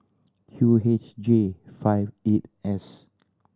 Q H J five eight S